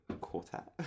Quartet